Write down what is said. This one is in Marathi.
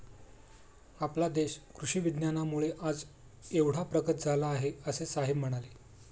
आपला देश कृषी विज्ञानामुळे आज एवढा प्रगत झाला आहे, असे साहेब म्हणाले